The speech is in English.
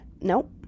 nope